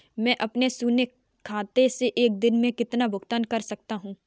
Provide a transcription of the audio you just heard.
मैं अपने शून्य खाते से एक दिन में कितना भुगतान कर सकता हूँ?